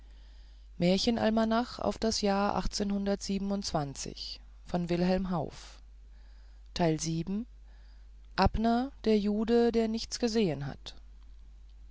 begann abner der jude der nichts gesehen hat